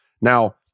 Now